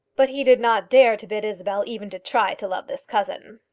but he did not dare to bid isabel even to try to love this cousin.